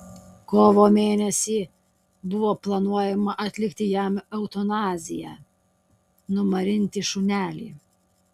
kovo mėnesį buvo planuojama atlikti jam eutanaziją numarinti šunelį